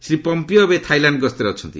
Shri Pompeo ଏବେ Thailand ଗସ୍ତରେ ଅଛନ୍ତି